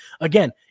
again